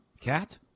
cat